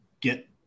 get